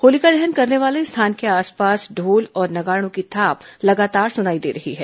होलिका दहन करने वाले स्थान के आसपास ढोल और नगाड़ों की थाप लगातार सुनाई दे रही है